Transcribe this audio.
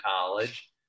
college